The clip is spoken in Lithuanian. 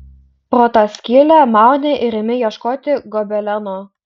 pro tą skylę mauni ir imi ieškoti gobeleno